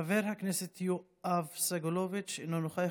חבר הכנסת יואב סגלוביץ' אינו נוכח,